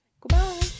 goodbye